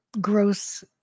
gross